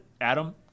Adam